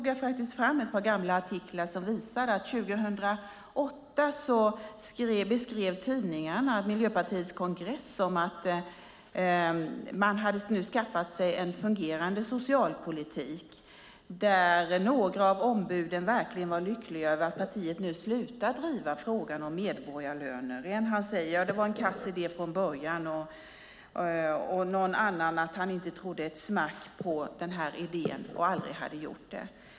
Jag tog fram ett par gamla artiklar som visar att 2008 beskrev tidningarna Miljöpartiets kongress som att man nu hade skaffat sig en fungerande socialpolitik där några av ombuden verkligen var lyckliga över partiet nu slutat driva frågan om medborgarlöner. En man säger: Det var en kass idé från början. Någon annan säger att han inte trodde ett smack på idén och aldrig hade gjort det.